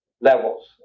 levels